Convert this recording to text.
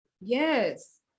yes